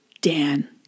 Dan